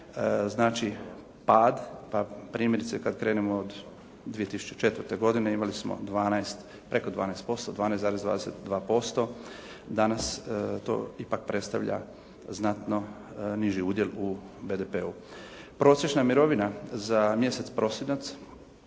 znači pad pa primjerice kada krenemo od 2004. godine imali smo 12, preko 12%, 12,22%, danas to ipak predstavlja znatno niži udjel u BDP-u. Prosječna mirovina za mjesec prosinac